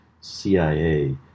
CIA